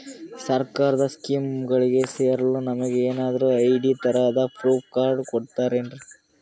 ಸರ್ಕಾರದ ಸ್ಕೀಮ್ಗಳಿಗೆ ಸೇರಲು ನಮಗೆ ಏನಾದ್ರು ಐ.ಡಿ ತರಹದ ಪ್ರೂಫ್ ಕಾರ್ಡ್ ಕೊಡುತ್ತಾರೆನ್ರಿ?